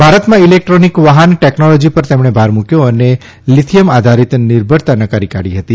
ભારતમાં ઇલેકટ્રોનિક વાહન ટેકનોલોજી પર તેમણે ભાર મૂક્યો અને લિથિથમ આધારિત નિર્ભરતા નકારી કાઢી હતી